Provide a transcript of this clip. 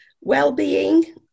well-being